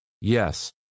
Yes